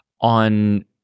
on